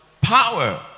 Power